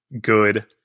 good